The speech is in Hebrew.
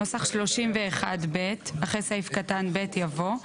בסעיף 31ב, אחרי סעיף קטן (ב) יבוא: